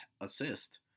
assist